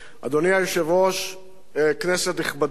אדוני היושב-ראש, כנסת נכבדה,